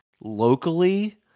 locally